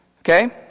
Okay